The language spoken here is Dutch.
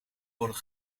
worden